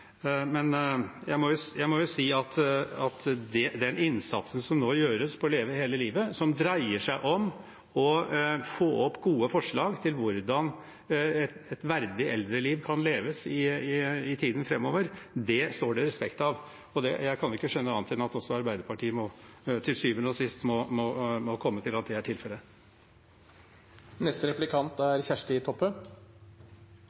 jeg må jo si at den innsatsen som nå gjøres gjennom «Leve hele livet», som dreier seg om å få opp gode forslag til hvordan et verdig eldreliv kan leves i tiden framover, står det respekt av. Jeg kan ikke skjønne annet enn at også Arbeiderpartiet til syvende og sist må komme til at det er